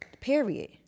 Period